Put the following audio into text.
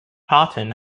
tartan